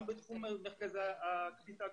גם בתחום מרכזי הקליטה,